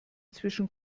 zwischen